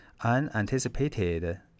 Unanticipated